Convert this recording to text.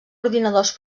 ordinadors